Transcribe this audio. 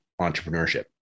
entrepreneurship